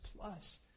plus